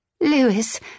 Lewis